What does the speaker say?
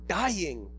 dying